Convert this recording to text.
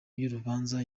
y’urubanza